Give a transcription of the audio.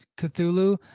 Cthulhu